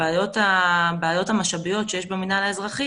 הבעיות המשאביות שיש במינהל האזרחי